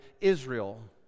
Israel